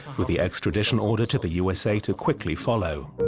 with the extradition order to the u s a. to quickly follow.